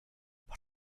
what